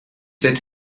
seit